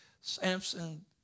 Samson